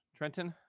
Trenton